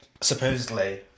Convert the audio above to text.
supposedly